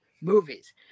Movies